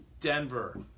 Denver